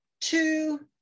two